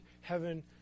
heaven